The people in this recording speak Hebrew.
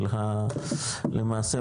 של ה-למעשה,